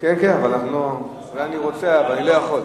אני רוצה, אבל אני לא יכול.